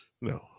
No